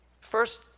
First